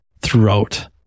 throughout